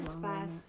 fast